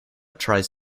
tries